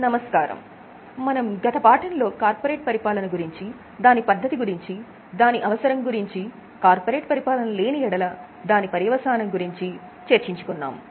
నమస్కారం మనం గత పాఠంలో కార్పొరేట్ పరిపాలన గురించి దాని పద్ధతి గురించి దాని అవసరం గురించి కార్పొరేట్ పరిపాలన లేని యెడల దాని పర్యవసానం గురించి చర్చించుకున్నాము